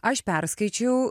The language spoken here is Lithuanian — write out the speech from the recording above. aš perskaičiau